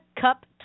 Cup